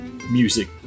music